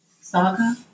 Saga